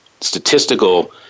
statistical